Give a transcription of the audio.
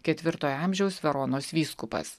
ketvirtojo amžiaus veronos vyskupas